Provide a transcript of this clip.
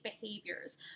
behaviors